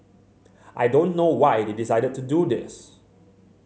I don't know why they decided to do this